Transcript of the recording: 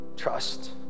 trust